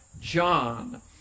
John